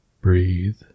Breathe